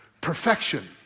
perfection